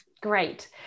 Great